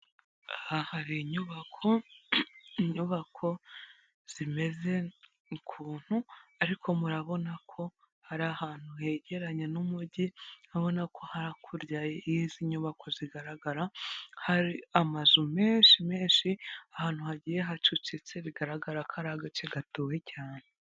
Aha hari inyubako, inyubako zimeze ukuntu ariko murabona ko hari ahantu hegeranye n'umujyi, urabona ko harakurya y'izi nyubako zigaragara hari amazu menshi menshi ahantu hagiye hacucitse bigaragara ko ari agace gatuwe cyane.